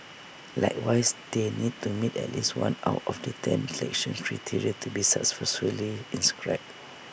likewise they need to meet at least one out of the ten selection criteria to be successfully inscribed